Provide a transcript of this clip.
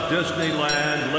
Disneyland